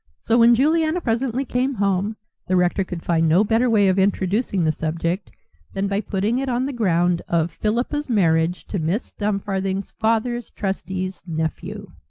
so when juliana presently came home the rector could find no better way of introducing the subject than by putting it on the ground of philippa's marriage to miss dumfarthing's father's trustee's nephew.